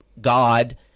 God